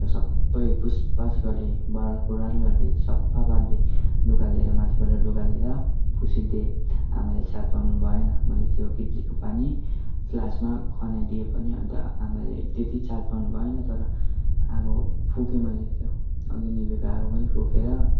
सबै पुसपास गरे बडालकुराल गरिदिएँ सबै सफा पारिदिएँ लुगा लिएर माथिबाट लुगा लिएर पुसिदिएँ आमाले चाल पाउनु भएन मैले त्यो कित्लीको पानी फ्लासमा खनाइदिएँ पनि अन्त आमाले त्यति चाल पाउनु भएन तर आगो फुके मैले त्यो अगि निभेको आगो पनि फुकेर